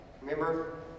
Remember